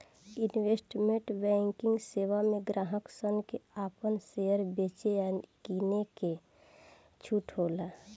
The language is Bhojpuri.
इन्वेस्टमेंट बैंकिंग सेवा में ग्राहक सन के आपन शेयर बेचे आ किने के छूट होला